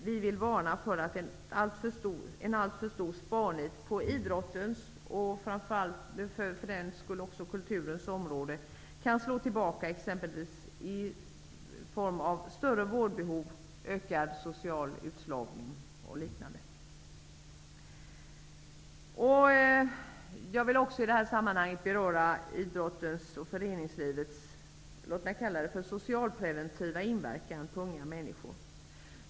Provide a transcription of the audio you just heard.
Vi vill varna för att en alltför stor sparnit på idrottens och för den skull också på kulturens område kan slå tillbaka, exempelvis i form av större vårdbehov och ökad social utslagning. Jag vill också i detta sammanhang beröra det jag kallar för idrottens och föreningslivets socialpreventiva inverkan på unga människor.